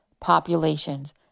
populations